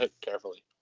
carefully